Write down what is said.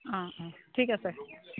অ অ ঠিক আছে